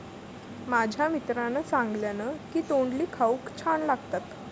माझ्या मित्रान सांगल्यान की तोंडली खाऊक छान लागतत